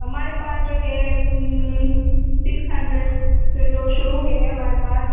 ہمارے پاس جو ہے سکس ہنڈریڈ سے جو شروع ہے ہمارے پاس